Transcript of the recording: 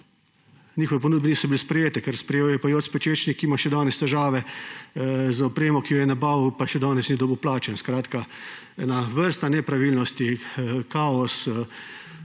njihove ponudbe niso bile sprejete, ker sprejel jo je pa Joc Pečečnik, ki ima še danes težave z opremo, ki jo je nabavil, pa še danes ni dobil plačano. Skratka, vrsta nepravilnosti, kaos,